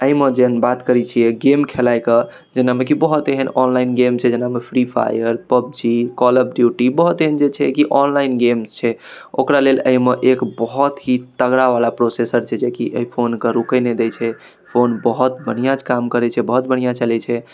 एहिमे जे हम बात करै छिए गेम खेलाइके जेनामे कि बहुत एहन ऑनलाइन गेम छै जेनामे free fire PUBG call of duty बहुत एहन जे छै कि ऑनलाइन गेम्स छै ओकरा लेल एहिमे एक बहुत ही तगड़ावला प्रोसेसर छै जेकि एहि फोनके रुकऽ नहि दै छै फोन बहुत बढ़िआँ काम करै छै बहुत बढ़िआँ चलै छै